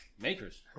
Makers